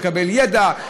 לקבל ידע,